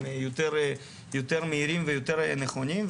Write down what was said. יותר מהירים ויותר נכונים.